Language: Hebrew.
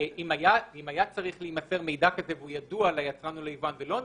היה צריך להימסר מידע כזה והוא ידוע ליצרן או ליבואן ולא נמסר,